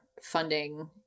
funding